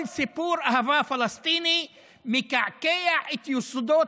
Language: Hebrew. כל סיפור אהבה פלסטיני מקעקע את יסודות